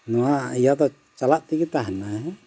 ᱱᱚᱣᱟ ᱤᱭᱟᱹ ᱫᱚ ᱪᱟᱞᱟᱜ ᱛᱮᱜᱮ ᱛᱟᱦᱮᱱᱟ ᱦᱮᱸ